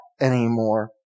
anymore